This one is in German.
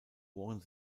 ohren